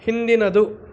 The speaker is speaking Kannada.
ಹಿಂದಿನದು